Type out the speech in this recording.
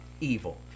evil